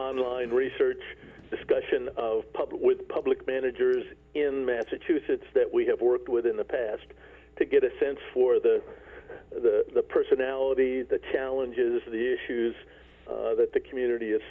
online research discussion of public with public managers in massachusetts that we have worked with in the past to get a sense for the the personality the challenges the issues that the community is